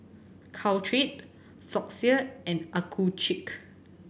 Caltrate Floxia and Accucheck